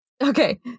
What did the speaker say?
Okay